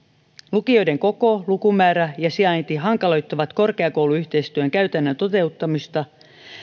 lukioiden koko lukumäärä ja sijainti hankaloittavat korkeakouluyhteistyön käytännön toteuttamista